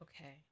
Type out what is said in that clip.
Okay